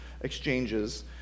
exchanges